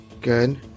good